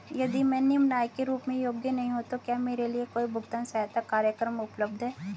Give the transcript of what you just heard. यदि मैं निम्न आय के रूप में योग्य नहीं हूँ तो क्या मेरे लिए कोई भुगतान सहायता कार्यक्रम उपलब्ध है?